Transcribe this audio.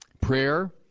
Prayer